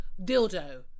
dildo